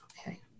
Okay